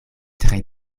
tre